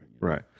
Right